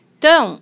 Então